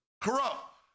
corrupt